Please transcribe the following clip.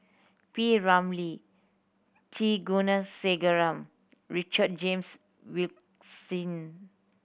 P Ramlee T Kulasekaram Richard James Wilkinson